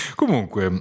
comunque